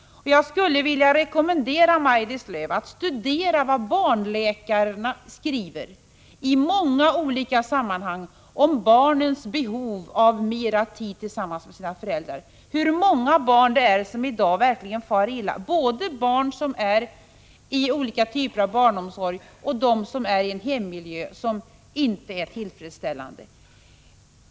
Jag skulle vilja rekommendera Maj-Lis Lööw att studera vad barnläkarna i många olika sammanhang skriver om barnens behov av mera tid tillsammans med sina föräldrar. Notera hur många barn det är som i dag verkligen far illa, både barn som är i olika typer av barnomsorg och de som är i en hemmiljö som inte är tillfredsställande.